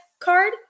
card